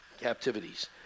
captivities